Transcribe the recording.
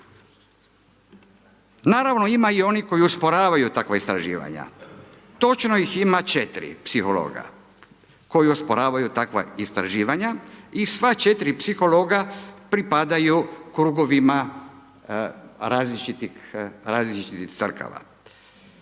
Naravno, ima i onih koji osporavaju takva istraživanja. Točno ih ima 4 psihologa koji osporavaju takva istraživanja i sva 4 psihologa pripadaju krugovima različitih Crkava.